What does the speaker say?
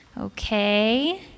Okay